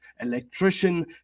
electrician